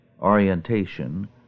orientation